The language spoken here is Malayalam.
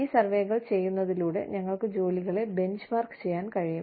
ഈ സർവേകൾ ചെയ്യുന്നതിലൂടെ ഞങ്ങൾക്ക് ജോലികളെ ബെഞ്ച്മാർക്ക് ചെയ്യാൻ കഴിയും